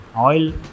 oil